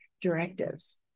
directives